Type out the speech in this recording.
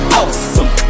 awesome